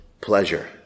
pleasure